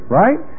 right